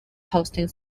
hosting